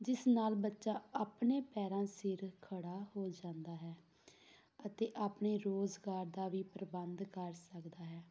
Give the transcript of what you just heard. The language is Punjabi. ਜਿਸ ਨਾਲ ਬੱਚਾ ਆਪਣੇ ਪੈਰਾਂ ਸਿਰ ਖੜ੍ਹਾ ਹੋ ਜਾਂਦਾ ਹੈ ਅਤੇ ਆਪਣੇ ਰੁਜ਼ਗਾਰ ਦਾ ਵੀ ਪ੍ਰਬੰਧ ਕਰ ਸਕਦਾ ਹੈ